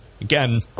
Again